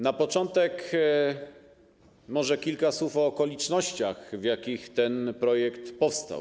Na początek może kilka słów o okolicznościach, w jakich ten projekt powstał.